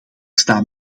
staan